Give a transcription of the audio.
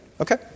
Okay